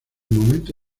momento